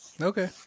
Okay